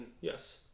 yes